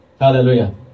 Hallelujah